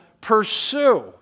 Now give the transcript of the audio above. Pursue